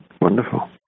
Wonderful